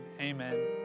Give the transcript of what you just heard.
Amen